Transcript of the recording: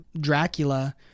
Dracula